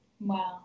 Wow